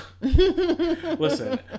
Listen